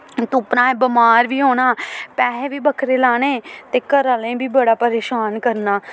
ते उप्परा एह् बमार बी होना पैहे बी बक्खरे लाने ते घरा आह्लें गी बी बड़ा परेशान करना